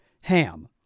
Ham